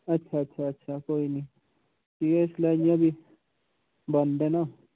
अच्छा अच्छा कोई निं एह् इसलै इं'या बी बंद ऐ ना ओह्